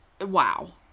wow